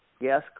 Yes